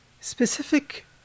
specific